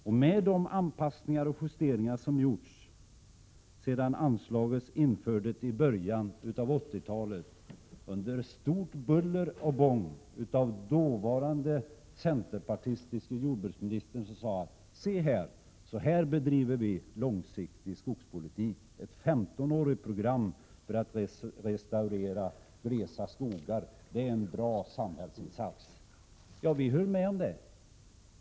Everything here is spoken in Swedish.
Det har skett anpassningar och justeringar sedan det anslaget infördes i början av 80-talet, under stort buller och bång, av dåvarande centerpartistiske jordbruksministern, som sade: Så här bedriver vi långsiktig skogspolitik — ett 15-årigt program för att restaurera glesa skogar. Det är en bra samhällsinsats. Vi höll med om det.